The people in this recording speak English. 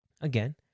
again